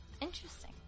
Interesting